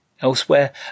Elsewhere